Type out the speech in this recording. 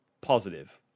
positive